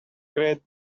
great